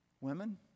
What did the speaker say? Women